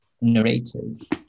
narrators